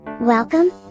Welcome